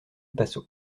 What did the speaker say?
paso